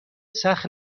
سخت